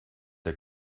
der